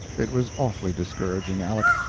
it was awfully discouraging, aleck!